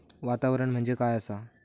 वातावरण म्हणजे काय असा?